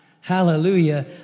Hallelujah